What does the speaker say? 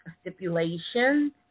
Stipulations